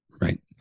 Right